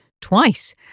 twice